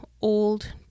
old